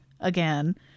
again